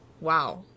wow